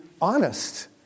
honest